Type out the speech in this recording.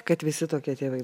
kad visi tokie tėvai